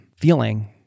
feeling